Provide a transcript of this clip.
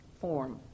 form